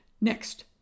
next